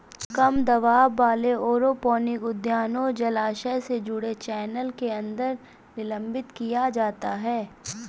कम दबाव वाले एरोपोनिक उद्यानों जलाशय से जुड़े चैनल के अंदर निलंबित किया जाता है